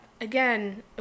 again